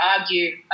argue